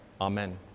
Amen